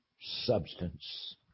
substance